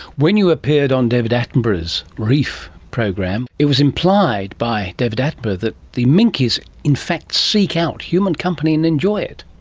when you appeared on david attenborough's reef programme it was implied by david attenborough but that the minkes in fact seek out human company and enjoy it.